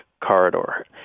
corridor